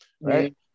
Right